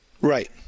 Right